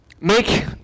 make